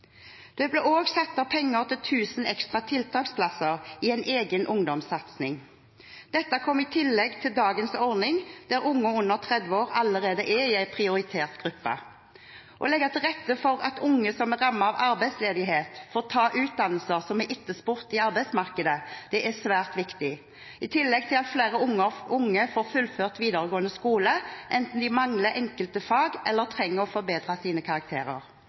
Det ble også satt av penger til 1 000 ekstra tiltaksplasser i en egen ungdomssatsing. Dette kom i tillegg til dagens ordning, der unge under 30 år allerede er en prioritert gruppe. Å legge til rette for at unge som er rammet av arbeidsledighet, får ta utdannelser som er etterspurt i arbeidsmarkedet, er svært viktig, i tillegg til at flere unge får fullført videregående skole enten de mangler enkelte fag eller trenger å forbedre sine karakterer.